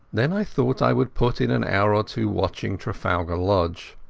then i thought i would put in an hour or two watching trafalgar lodge.